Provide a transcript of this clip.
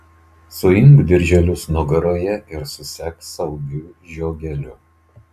suimk dirželius nugaroje ir susek saugiu žiogeliu